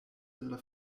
della